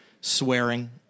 swearing